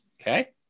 okay